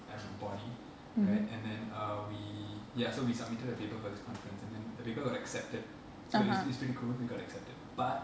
I don't know body right and then uhh we ya so we submitted the paper for this conference and then the paper got accepted so it's it's pretty cool it got accepted but